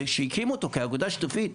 וכשהקימו אותו כאגודה שיתופית,